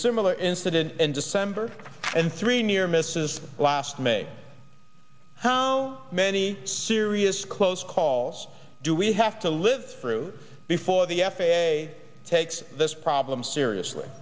similar incident in december and three near misses last may how many serious close calls do we have to live through before the f a a takes this problem seriously